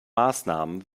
maßnahmen